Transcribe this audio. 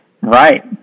Right